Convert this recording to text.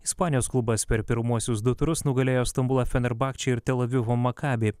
ispanijos klubas per pirmuosius du turus nugalėjo stambulo fenerbahče ir tel avivo makabi